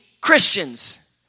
Christians